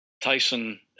Tyson